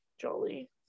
jolly